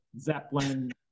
Zeppelin